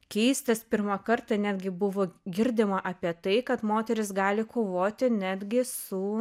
keistas pirmą kartą netgi buvo girdima apie tai kad moterys gali kovoti netgi su